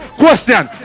question